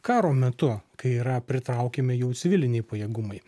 karo metu kai yra pritraukiami jau civiliniai pajėgumai